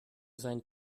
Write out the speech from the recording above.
seinen